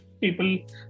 people